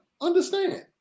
Understand